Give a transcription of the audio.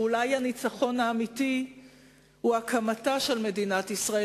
ואולי הניצחון האמיתי הוא הקמתה של מדינת ישראל,